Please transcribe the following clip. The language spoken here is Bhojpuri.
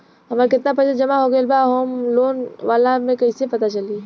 हमार केतना पईसा जमा हो गएल बा होम लोन वाला मे कइसे पता चली?